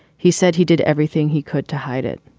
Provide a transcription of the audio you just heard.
he said he did everything he could to hide it.